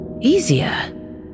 Easier